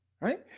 right